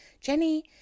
Jenny